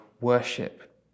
worship